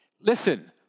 Listen